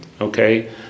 okay